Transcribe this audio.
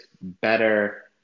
better